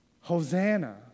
Hosanna